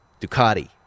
Ducati